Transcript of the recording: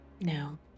No